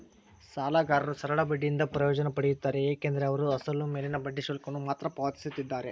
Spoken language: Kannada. ಸಾಲಗಾರರು ಸರಳ ಬಡ್ಡಿಯಿಂದ ಪ್ರಯೋಜನ ಪಡೆಯುತ್ತಾರೆ ಏಕೆಂದರೆ ಅವರು ಅಸಲು ಮೇಲಿನ ಬಡ್ಡಿ ಶುಲ್ಕವನ್ನು ಮಾತ್ರ ಪಾವತಿಸುತ್ತಿದ್ದಾರೆ